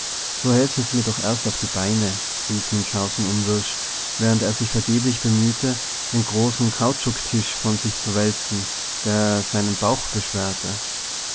so helfen sie doch mir erst auf die beine rief münchhausen unwirsch während er sich vergeblich bemühte den großen kautschuktisch von sich zu wälzen der seinen bauch beschwerte